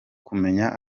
kumenya